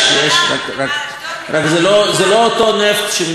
רק זה לא אותו נפט שמדינת ישראל צורכת,